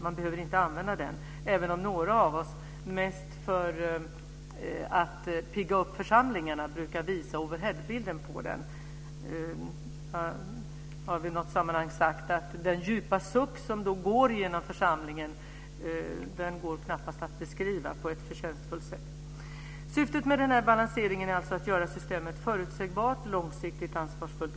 Man behöver inte använda den, även om några av oss - mest för att pigga upp församlingarna - brukar visa en overheadbild av den. Jag har i något sammanhang sagt att den djupa suck som då går genom församlingen knappast går att beskriva på ett förtjänstfullt sätt. Syftet med balanseringen är alltså att göra systemet förutsägbart och långsiktigt ansvarsfullt.